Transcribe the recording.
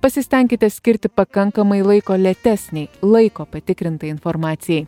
pasistenkite skirti pakankamai laiko lėtesnei laiko patikrintai informacijai